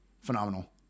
Phenomenal